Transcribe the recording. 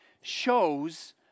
shows